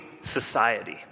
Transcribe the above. society